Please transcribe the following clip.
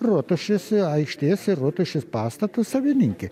rotušės aikštės ir rotušės pastato savininkė